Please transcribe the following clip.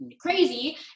Crazy